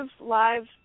live